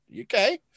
okay